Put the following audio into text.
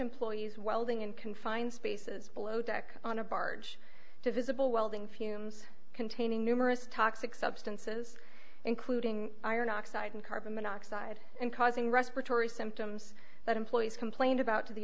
employees welding in confined spaces below deck on a barge to visible welding fumes containing numerous toxic substances including iron oxide and carbon monoxide and causing respiratory symptoms that employees complained about to the